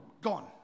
gone